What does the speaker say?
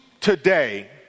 today